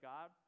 God